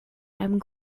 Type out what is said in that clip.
einem